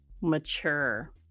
Mature